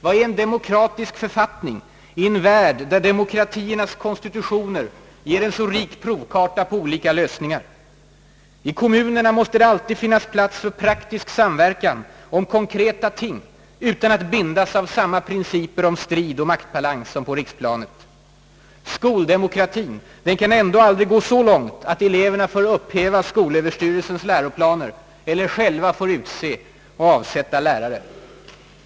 Vad är »en demokratisk författning» i en värld där demokratiernas konstitutioner ger en så rik provkarta på olika lösningar? I kommunerna måste det alltid finnas plats för praktisk samverkan om konkreta ting utan att bindas av samma principer om strid och maktbalans som på riksplanet. Skoldemokratien kan ändå aldrig gå så långt att eleverna får upphäva skolöverstyrelsens läroplaner eller själva utse och avsätta lärare.